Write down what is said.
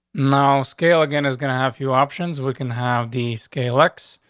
no scale again is gonna have few options. we can have these k lex,